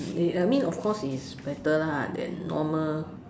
they I mean of course is better lah than normal